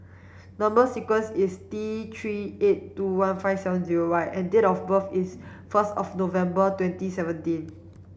number sequence is T three eight two one five seven zero Y and date of birth is first of November twenty seventeen